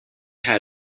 had